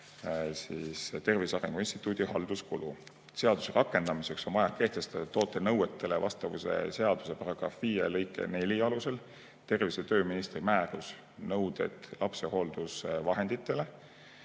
Tervise Arengu Instituudi halduskulu. Seaduse rakendamiseks on vaja kehtestada toote nõuetele vastavuse seaduse § 5 lõike 4 alusel tervise‑ ja tööministri määrus "Nõuded lapsehooldusvahenditele"